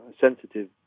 sensitive